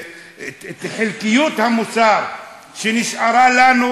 את חלקיות המוסר שנשארה לנו,